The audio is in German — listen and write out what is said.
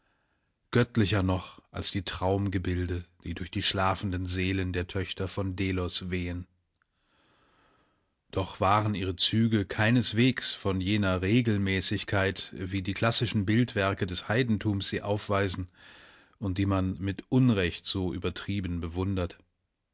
göttlicher noch als die traumgebilde die durch die schlafenden seelen der töchter von delos wehen doch waren ihre züge keineswegs von jener regelmäßigkeit wie die klassischen bildwerke des heidentums sie aufweisen und die man mit unrecht so übertrieben bewundert